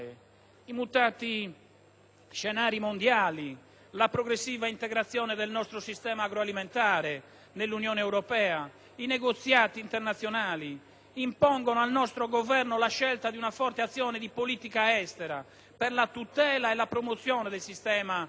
scenari mondiali, la progressiva integrazione del nostro sistema agroalimentare nell'Unione europea, i negoziati internazionali impongono al nostro Governo la scelta di una forte azione di politica estera per la tutela e la promozione del sistema agroalimentare italiano.